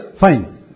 Fine